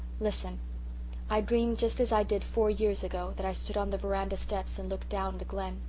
listen i dreamed just as i did four years ago, that i stood on the veranda steps and looked down the glen.